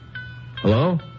Hello